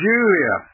Julia